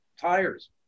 tires